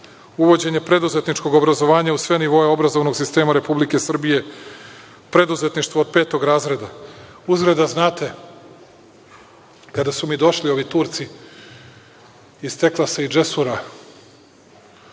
Uvođenje preduzetničkog obrazovanja u sve nivoe obrazovnog sistema Republike Srbije, preduzetništvo od petog razreda. Uzgred da znate, kada su mi došli ovi Turci iz Teklasa i Džesura,